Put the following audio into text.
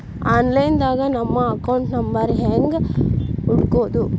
Online ದಾಗ ನಮ್ಮ account number ಹೆಂಗ್ ಹುಡ್ಕೊದು?